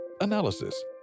analysis